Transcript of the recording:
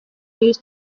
news